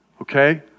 Okay